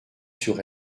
sur